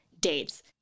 dates